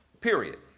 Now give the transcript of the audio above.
period